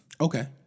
Okay